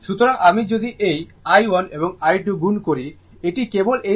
সুতরাং আমি যদি এই i1 এবং i2 গুণ করি এটি কেবল এই জিনিসের জন্য